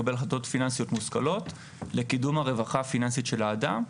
לקבל החלטות פיננסיות מושכלות בקידום הרווחה הפיננסית של האדם.